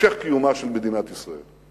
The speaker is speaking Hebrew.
המשך קיומה, של מדינת ישראל.